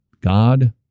God